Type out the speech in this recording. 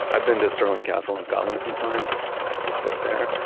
i've been to stirling castle in scotland a few times and i love it there,